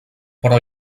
però